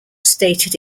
stated